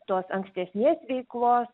tos ankstesnės veiklos